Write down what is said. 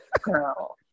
Girl